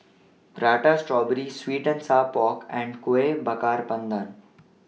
Prata Strawberry Sweet and Sour Pork and Kueh Bakar Pandan